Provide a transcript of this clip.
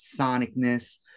sonicness